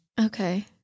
Okay